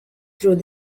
through